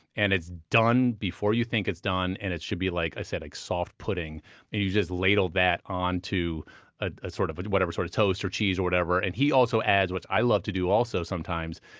and it's done before you think it's done, and it should be, like i said, like soft pudding, and you just ladle that onto ah sort of whatever sort of toast or cheese, or whatever. and he also adds, which i love to do also sometimes,